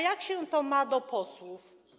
Jak się to ma do posłów?